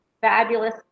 fabulous